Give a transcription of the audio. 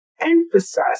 emphasize